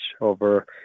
over